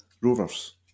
Rovers